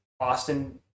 Austin